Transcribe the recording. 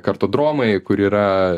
kartodromai kur yra